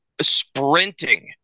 sprinting